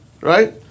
Right